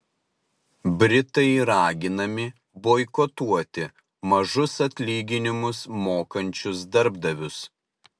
britai raginami boikotuoti mažus atlyginimus mokančius darbdavius